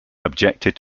objected